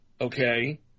okay